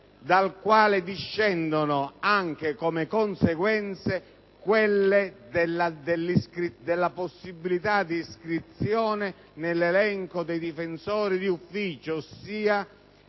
dal quale discende anche come conseguenza la possibilità di iscrizione nell'elenco dei difensori d'ufficio, ossia